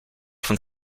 von